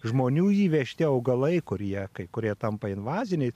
žmonių įvežti augalai kurie kai kurie tampa invaziniais